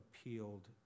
appealed